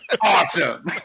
awesome